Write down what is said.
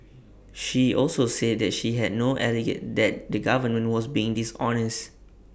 she also said that she had not alleged that the government was being dishonest